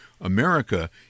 America